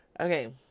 Okay